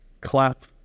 clap